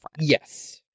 Yes